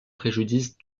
préjudice